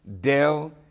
Dell